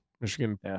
Michigan